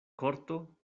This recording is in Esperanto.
korto